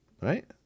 Right